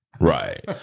Right